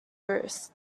roost